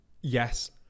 yes